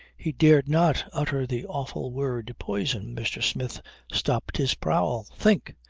he dared not utter the awful word poison. mr. smith stopped his prowl. think!